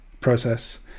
process